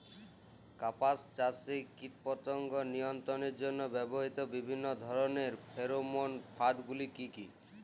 কাপাস চাষে কীটপতঙ্গ নিয়ন্ত্রণের জন্য ব্যবহৃত বিভিন্ন ধরণের ফেরোমোন ফাঁদ গুলি কী?